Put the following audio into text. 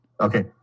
Okay